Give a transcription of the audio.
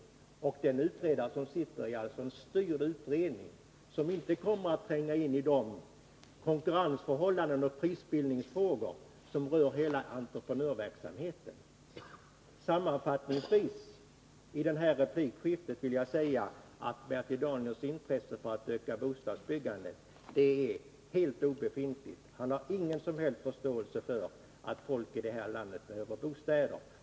Den nuvarande utredarens uppdrag avser en styrd utredning, som inte kommer att tränga in i de konkurrensförhållanden och prisbildningsfrågor som rör hela entreprenörverksamheten. Sammanfattningsvis vill jag säga att Bertil Danielssons intresse för att öka bostadsbyggandet är helt obefintligt. Han har ingen som helst förståelse för att människor i det här landet behöver bostäder.